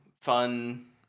fun